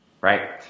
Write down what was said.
right